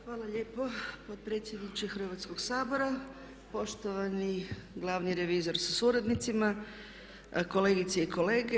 Hvala lijepo potpredsjedniče Hrvatskog sabora, poštovani glavni revizore sa suradnicima, kolegice i kolege.